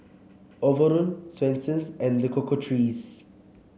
Overrun Swensens and The Cocoa Trees